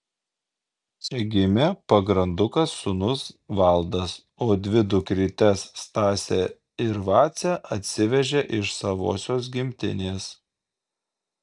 čia gimė pagrandukas sūnus valdas o dvi dukrytes stasę ir vacę atsivežė iš savosios gimtinės